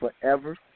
Forever